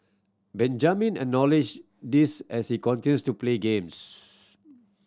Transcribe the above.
Benjamin acknowledge this as the continue to play games